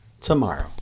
tomorrow